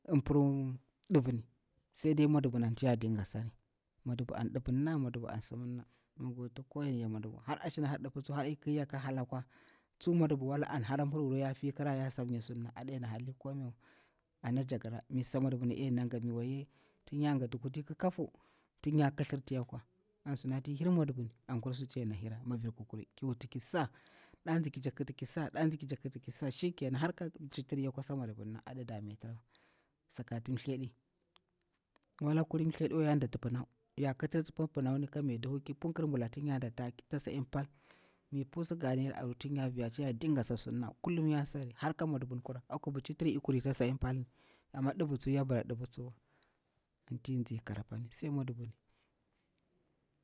Pur ɗivini sai dai mwadubu ni anti ya dinga sari, mwadubu an ɗivir na mwadubu an sukwarirna, har ashina ik hala akwa, amma tsu mwadubuni, wala an hara pururu yafi kirari, ki sam nya surna, a ɗena harali komai wa ana jakira. Mi sa mwadubu ni tin ya ga kuti kikafu, tin ya kithirir na, ti ya kwa, anti i hir mwadubu mimi vir ki kuri ki wut ki sa, dazi ki jekti kita ki sa, shikenan har ka pahi tiri yakwa sa mwa dubu ni. Sakanɗa ti mthli a ɗi wala kulini ti mthli a diwa, yana kitirtsi pur pinau ki punkir bula tin ya data tasaimni pal ki pu siga naira aur, tin yadinga sa sur na, har ka mwadubu kura, azugu mchi a tiri ik samnya tasa imi pal, amma ndiva tsuwa ya bara divi tsuwa anti tsi a pani sai mwadubu.